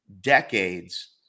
decades